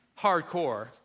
hardcore